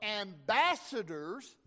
ambassadors